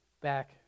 back